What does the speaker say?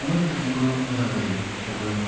अमा बेदरजोंबो मोजां जायो थेवबो